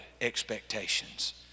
expectations